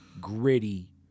gritty